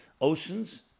Oceans